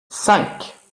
cinq